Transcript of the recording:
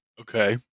Okay